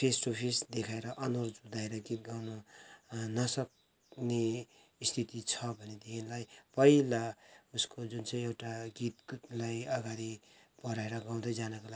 face to face देखाएर अनुहार जुदाएर गित गाउनु नसक्ने स्थिति छ भनेदेखिलाई पहिला उसको जुन चाहिँ एउटा गीतलाई अगाडि बढाएर गाउँदै जानको लागि